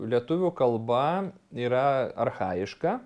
lietuvių kalba yra archajiška